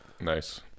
Nice